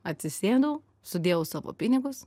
atsisėdau sudėjau savo pinigus